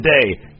today